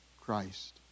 Christ